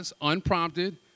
unprompted